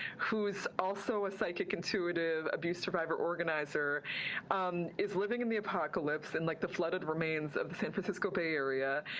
who's also a psychic intuitive, abuse survivor organizer is living in the apocalypse in and like the flooded remains of the san francisco bay area,